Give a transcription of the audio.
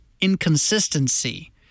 inconsistency